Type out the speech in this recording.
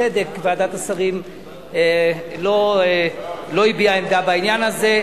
ובצדק ועדת השרים לא הביעה עמדה בעניין הזה.